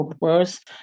worse